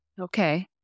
Okay